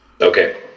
Okay